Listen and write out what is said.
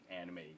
anime